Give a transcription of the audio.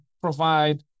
provide